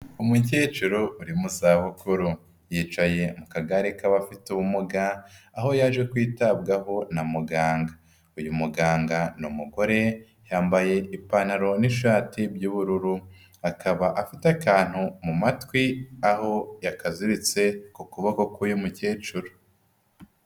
Umukecuru uri mu zabukuru, yicaye mu kagare k'abafite ubumuga, aho yaje kwitabwaho na muganga. Uyu muganga ni umugore, yambaye ipantaro n'ishati by'ubururu, akaba afite akantu mu matwi, aho yakaziritse ku kuboko k'uyu mukecuru.